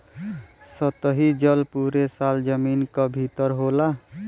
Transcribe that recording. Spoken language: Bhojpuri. सतही जल पुरे साल जमीन क भितर होला